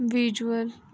visual